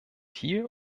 hier